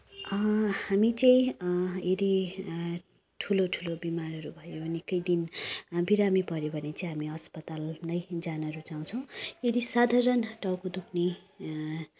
हामी चाहिँ यदि ठुलो ठुलो बिमारहरू भयौँ निकै दिन बिमारी पऱ्यौँ भने चाहिँ हामी अस्पताल नै जान रुचाउँछौँ यदि साधारण टाउको दुख्ने